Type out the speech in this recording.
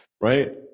right